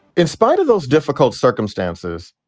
in spite of those difficult circumstances.